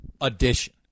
Addition